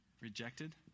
rejected